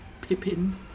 Pippin